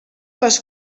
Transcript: les